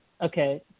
Okay